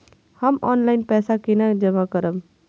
हम ऑनलाइन पैसा केना जमा करब?